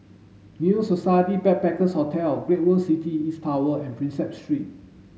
New Society Backpackers' Hotel Great World City East Tower and Prinsep Street